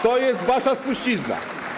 To jest wasza spuścizna.